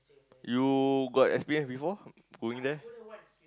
you got experience before going there